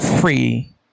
free